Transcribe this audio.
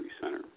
center